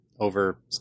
Over